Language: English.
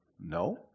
No